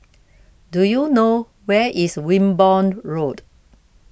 do you know where is Wimborne Road